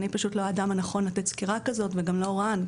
אני לא האדם הנכון לתת סקירה כזו, וגם לא רן.